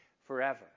forever